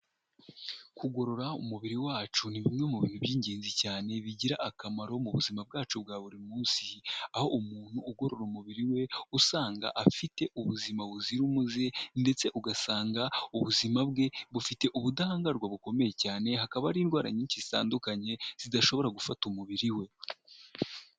Kugorora umubiri wacu ni bimwe mu bintu by'ingenzi cyane bigira akamaro mu buzima bwacu bwa buri munsi, aho umuntu ugorora umubiri we usanga afite ubuzima buzira umuze ndetse ugasanga ubuzima bwe bufite ubudahangarwa bukomeye cyane, hakaba har’indwara nyinshi zitandukanye zidashobora gufata umubiri we.